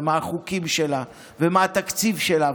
ומה החוקים שלה ומה התקציב שלה,